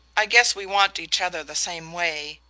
i guess we want each other the same way.